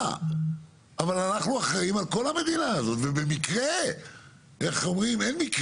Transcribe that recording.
אבל כשאני משווה את זה לעשר שנים האחרונות, אין פה